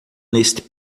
neste